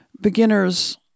beginners